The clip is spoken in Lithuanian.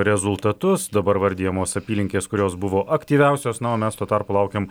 rezultatus dabar vardijamos apylinkės kurios buvo aktyviausios na o mes tuo tarpu laukiam